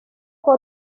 fue